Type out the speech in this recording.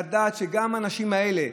לדעת שגם האנשים האלה,